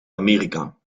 amerika